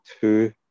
two